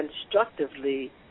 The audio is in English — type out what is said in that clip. constructively